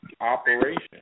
Operation